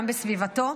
גם בסביבתו,